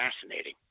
fascinating